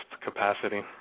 Capacity